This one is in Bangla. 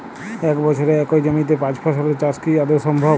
এক বছরে একই জমিতে পাঁচ ফসলের চাষ কি আদৌ সম্ভব?